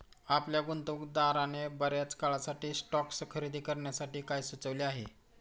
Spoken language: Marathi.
आपल्या गुंतवणूकदाराने बर्याच काळासाठी स्टॉक्स खरेदी करण्यासाठी काय सुचविले आहे?